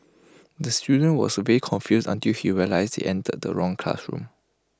the student was very confused until he realised he entered the wrong classroom